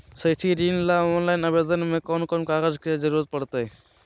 शैक्षिक ऋण ला ऑनलाइन आवेदन में कौन कौन कागज के ज़रूरत पड़तई?